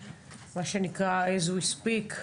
תשפ"ג.